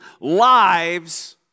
lives